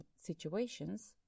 situations